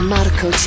Marco